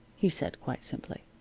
he said, quite simply.